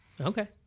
Okay